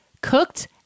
cooked